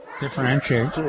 differentiate